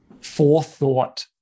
forethought